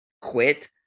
quit